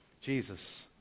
Jesus